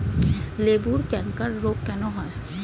লেবুর ক্যাংকার রোগ কেন হয়?